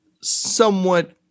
somewhat